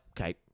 okay